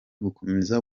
gukomeza